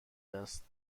است